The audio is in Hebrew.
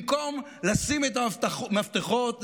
במקום לשים את המפתחות,